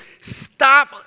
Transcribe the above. Stop